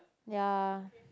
ya